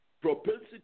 propensity